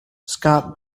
scott